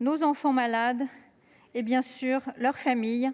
nos enfants malades et leur famille.